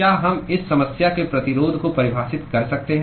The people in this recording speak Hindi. क्या हम इस समस्या के प्रतिरोध को परिभाषित कर सकते हैं